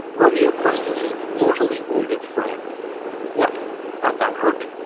romeo questions his mortally wounded friend what art thou hurt?